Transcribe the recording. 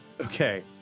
Okay